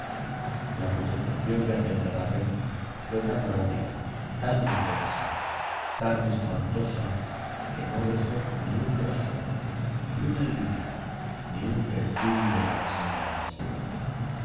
la putrefacción de aquel cadáver fue tan rápida tan intensa tan espantosa que no dejó ni un rastro ni una línea ni un perfil de la pasada hermosura